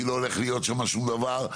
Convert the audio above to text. כי לא הולך להיות שם שום דבר.